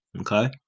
okay